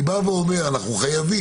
אני בא ואומר: אנחנו חייבים,